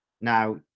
Now